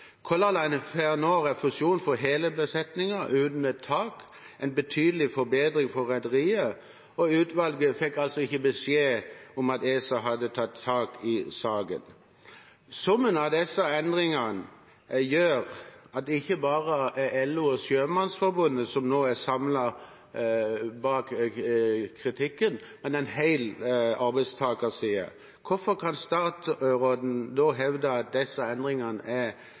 Color Line får nå refusjon for hele besetningen, uten et tak, en betydelig forbedring for rederiet, og utvalget fikk ikke beskjed om at ESA hadde tatt tak i saken. Summen av disse endringene gjør at det ikke bare er LO og Sjømannsforbundet som står samlet bak kritikken, men en hel arbeidstakerside. Hvordan kan statsråden da hevde at disse endringene er